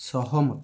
ସହମତ